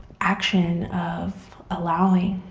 action of allowing